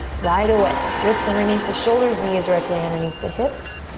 right away. wrists underneath the shoulders. knees directly underneath the hips.